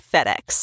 FedEx